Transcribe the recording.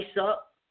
up